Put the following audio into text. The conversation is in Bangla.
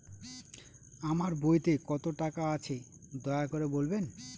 আমার বইতে কত টাকা আছে দয়া করে বলবেন?